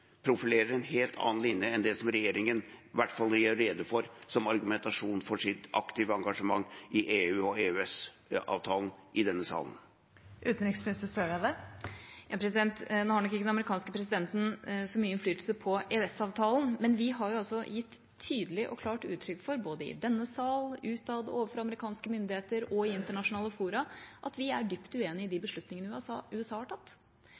profilerer en helt annen linje enn det som regjeringen i hvert fall gjør rede for som argumentasjon for sitt aktive engasjement i EU og for EØS-avtalen i denne salen? Nå har nok ikke den amerikanske presidenten så mye innflytelse på EØS-avtalen, men vi har gitt tydelig og klart uttrykk for, både i denne sal, utad, overfor amerikanske myndigheter og i internasjonale fora, at vi er dypt uenig i de beslutningene USA har tatt.